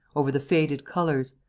over the faded colours,